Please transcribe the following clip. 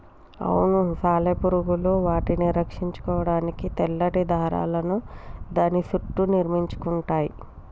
అవును సాలెపురుగులు వాటిని రక్షించుకోడానికి తెల్లటి దారాలను దాని సుట్టూ నిర్మించుకుంటయ్యి